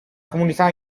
comunità